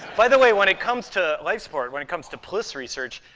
by the way, when it comes to life support, when it comes to plss research,